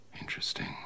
Interesting